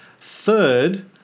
Third